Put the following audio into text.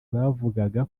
bavugaga